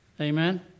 Amen